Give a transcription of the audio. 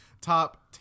top